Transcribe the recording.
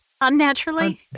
Unnaturally